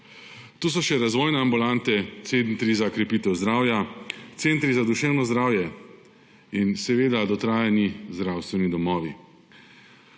Tu so še razvojne ambulante, centri za krepitev zdravja, centri za duševno zdravje in seveda dotrajani zdravstveni domovi.